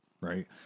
right